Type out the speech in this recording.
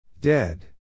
Dead